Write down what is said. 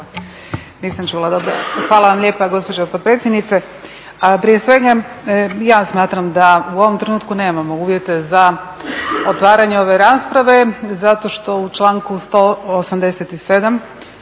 Hvala vam lijepa gospođo potpredsjednice. Prije svega, ja smatram da u ovom trenutku nemamo uvjete za otvaranje ove rasprave zato što u članku 187.,